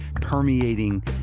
permeating